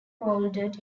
moulded